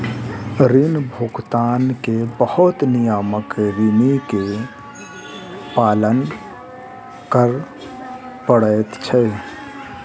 ऋण भुगतान के बहुत नियमक ऋणी के पालन कर पड़ैत छै